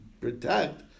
protect